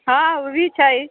हँ ओ भी छै